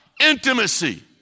intimacy